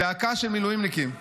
זעקה של מילואימניקים.